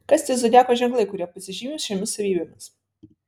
kas tie zodiako ženklai kurie pasižymi šiomis savybėmis